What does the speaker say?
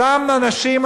אותם אנשים,